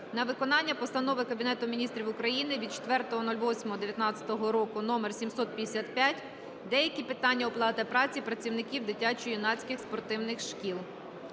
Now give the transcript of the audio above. на виконання постанови Кабінету Міністрів України від 14.08.2019 р. № 755 "Деякі питання оплати праці працівників дитячо-юнацьких спортивних шкіл".